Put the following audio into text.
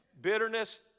Bitterness